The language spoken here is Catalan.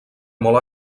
molt